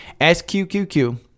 SQQQ